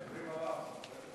מדברים עליו.